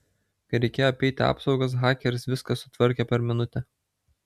kai reikėjo apeiti apsaugas hakeris viską sutvarkė per minutę